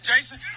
Jason